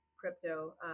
crypto